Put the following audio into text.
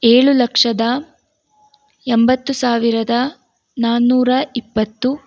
ಏಳು ಲಕ್ಷದ ಎಂಬತ್ತು ಸಾವಿರದ ನಾನೂರ ಇಪ್ಪತ್ತು